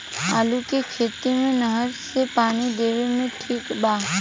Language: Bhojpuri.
आलू के खेती मे नहर से पानी देवे मे ठीक बा?